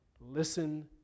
Listen